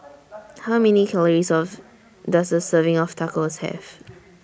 How Many Calories of Does A Serving of Tacos Have